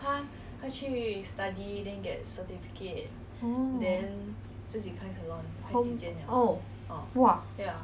orh oh !wah!